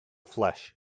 flesh